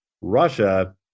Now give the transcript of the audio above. Russia